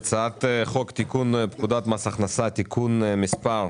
הצעת חוק לתיקון פקודת מס הכנסה (תיקון מס'